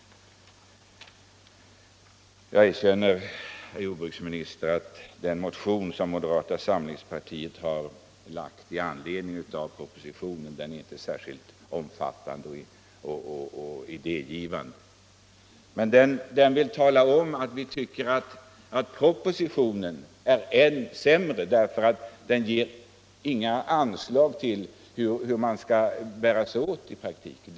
Jag erkänner, herr jordbruksminister, att den motion som moderata samlingspartiet väckt med anledning av propositionen inte är särskilt omfattande och idérik. Men den vill tala om att vi tycker att propositionen är än sämre; den ger ingen uppfattning om hur man skall bära sig åt i praktiken.